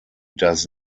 does